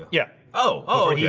yeah, oh oh yeah